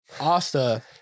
Asta